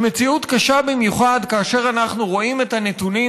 היא מציאות קשה במיוחד כאשר אנחנו רואים את הנתונים,